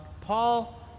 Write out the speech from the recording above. Paul